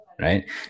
right